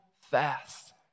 fast